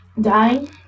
dying